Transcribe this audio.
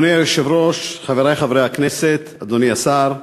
אדוני היושב-ראש, חברי חברי הכנסת, אדוני השר,